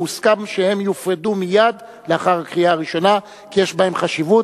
והוסכם שהם יופרדו מייד לאחר הקריאה הראשונה כי יש בהם חשיבות.